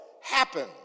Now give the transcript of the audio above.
happen